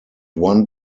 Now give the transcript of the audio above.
one